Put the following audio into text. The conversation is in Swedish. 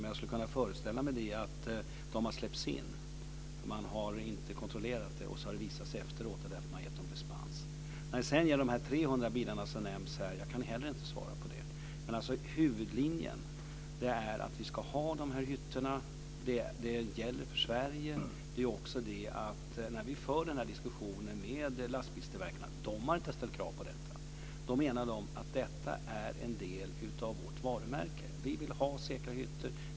Men jag skulle kunna föreställa mig att de har släppts in utan att man har kontrollerat det. Sedan har det efteråt visat sig att de inte uppfyller kraven. Därför har man gett dispens. Jag kan inte heller svara på det som nämns om de 300 bilarna. Huvudlinjen är att vi ska ha de här hytterna. Det gäller för Sverige. När vi för diskussioner med lastbilstillverkarna har de inte ställt några krav. De menar att det är en del av deras varumärke. De vill ha säkra hytter.